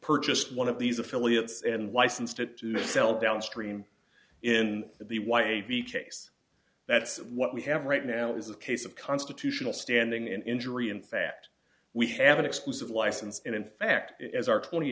purchased one of these affiliates and licensed it to sell downstream in the y e v chase that's what we have right now is a case of constitutional standing and injury in fact we have an exclusive license and in fact as our twenty